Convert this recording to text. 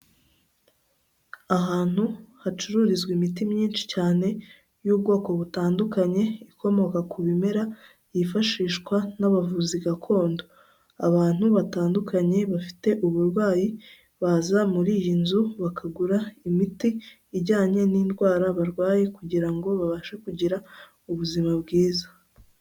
Ahantu hacururizwa imiti myinshi cyane y'ubwoko butandukanye, ikomoka ku bimera yifashishwa n'abavuzi gakondo, abantu batandukanye bafite uburwayi baza muri iyi nzu, bakagura imiti ijyanye n'indwara barwaye, kugira ngo babashe kugira ubuzima bwiza.